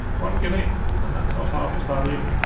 one guinea and that's not half its value!